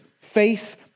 face